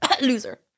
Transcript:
Loser